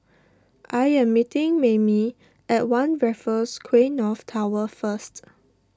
I am meeting Maymie at one Raffles Quay North Tower first